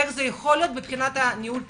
איך זה יכול להיות מבחינת ניהול תקין.